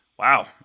Wow